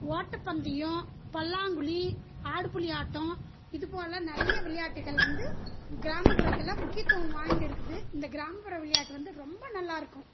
ஓட்டப்பந்தயம் பல்லாங்குழி ஆடுபுலி ஆட்டம் இது போல நிறைய விளையாட்டுகள் வந்து கிராமப்புறத்தில் முக்கியத்துவம் வாய்ந்துருக்குது இந்த கிராமப்புற விளையாட்டு வந்து ரொம்ப நல்லாருக்கும்